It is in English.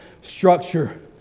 structure